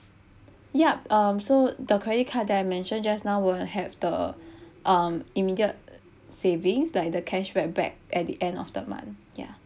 yup um so the credit card that I mentioned just now will have the um immediate savings like the cashback back at the end of the month ya